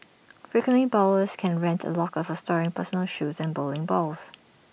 frequent bowlers can rent A locker for storing personal shoes and bowling balls